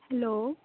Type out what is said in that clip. hello